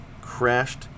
crashed